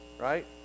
right